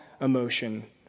emotion